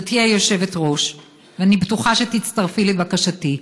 גברתי היושבת-ראש, אני בטוחה שתצטרפי לבקשתי: